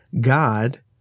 God